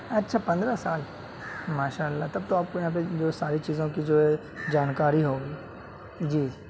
اچھا پندرہ سال ماشاء اللہ تب تو آپ کو یہاں پہ بہت ساری چیزوں کی جو ہے جانکاری ہوگی جی جی